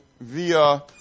via